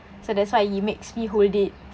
so that's why he makes me hold it